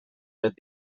hauek